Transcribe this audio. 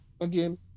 again